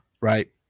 Right